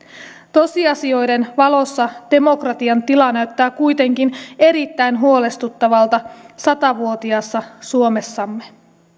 tosiasioiden valossa demokratian tila näyttää kuitenkin erittäin huolestuttavalta sata vuotiaassa suomessamme